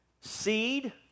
seed